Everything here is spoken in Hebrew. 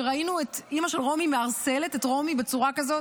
כשראינו את אימא של רומי מערסלת את רומי בצורה כזאת.